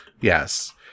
Yes